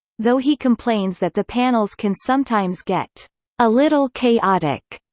though he complains that the panels can sometimes get a little chaotic.